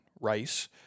rice